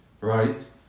right